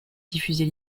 diffuser